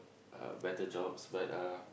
better jobs but uh